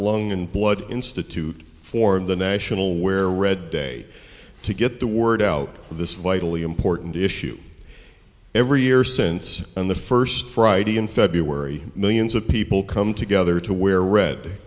lung and blood institute formed the national wear red day to get the word out of this vitally important issue every year since on the first friday in february millions of people come together to wear red